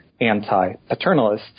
anti-paternalists